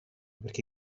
perché